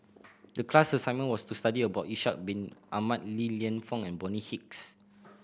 the class assignment was to study about Ishak Bin Ahmad Li Lienfung and Bonny Hicks